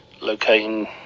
locating